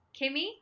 Kimmy